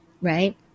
Right